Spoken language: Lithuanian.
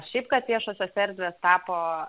šiaip kad viešosios erdvės tapo